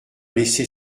laissé